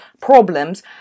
problems